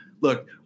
Look